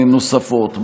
בדרכים נוספות.